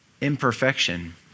imperfection